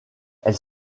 elle